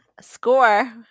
score